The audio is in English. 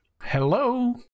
hello